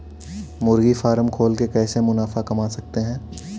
मुर्गी फार्म खोल के कैसे मुनाफा कमा सकते हैं?